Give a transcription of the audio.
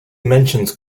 mentions